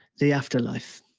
the afterlife,